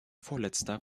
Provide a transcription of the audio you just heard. vorletzter